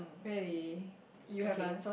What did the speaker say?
really okay ya